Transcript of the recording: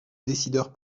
décideur